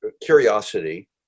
curiosity